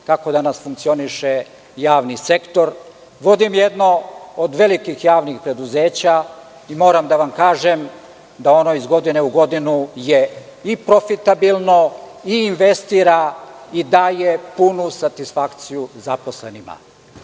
kako danas funkcioniše javni sektor. Vodim jedno od velikih javnih preduzeća i moram da vam kažem da ono iz godine u godinu je i profitabilno i investira i daje punu satisfakciju zaposlenima.